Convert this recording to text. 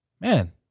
man